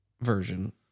version